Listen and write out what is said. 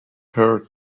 her